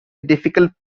difficult